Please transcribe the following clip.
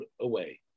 away